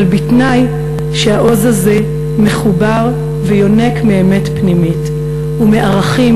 אבל בתנאי שהעוז הזה מחובר ויונק מאמת פנימית ומערכים